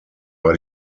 war